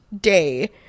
day